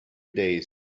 days